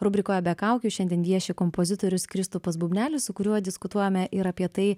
rubrikoje be kaukių šiandien vieši kompozitorius kristupas bubnelis su kuriuo diskutuojame ir apie tai